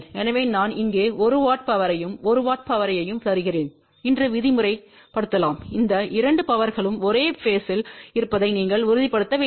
எனவே நான் இங்கே 1 W பவர்யையும் 1 W பவர்யையும் தருகிறேன் என்று விதிமுறைலலாம் இந்த 2 பவர்களும் ஒரே பேஸ்த்தில் இருப்பதை நீங்கள் உறுதிப்படுத்த வேண்டும்